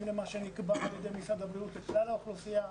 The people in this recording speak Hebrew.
למה שנקבע על ידי משרד הבריאות לכלל האוכלוסייה.